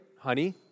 honey